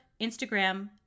Instagram